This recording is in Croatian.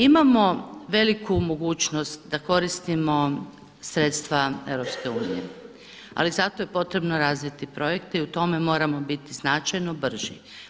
Imamo veliku mogućnost da koristimo sredstva EU, ali zato je potrebno razviti projekte i u tome moramo biti značajno brži.